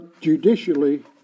judicially